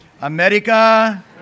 America